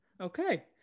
okay